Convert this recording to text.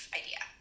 idea